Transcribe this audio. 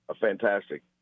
fantastic